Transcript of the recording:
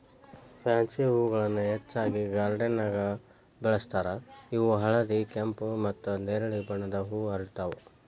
pansy ಹೂಗಳನ್ನ ಹೆಚ್ಚಾಗಿ ಗಾರ್ಡನ್ದಾಗ ಬೆಳೆಸ್ತಾರ ಇವು ಹಳದಿ, ಕೆಂಪು, ಮತ್ತ್ ನೆರಳಿ ಬಣ್ಣದ ಹೂ ಅರಳ್ತಾವ